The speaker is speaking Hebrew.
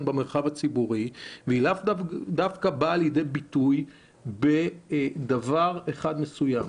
במרחב הציבורי והיא לאו דווקא באה לידי ביטוי בדבר אחד מסוים.